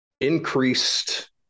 increased